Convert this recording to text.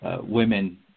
women